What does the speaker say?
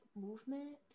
movement